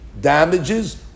damages